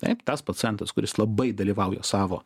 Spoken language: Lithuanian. taip tas pacientas kuris labai dalyvauja savo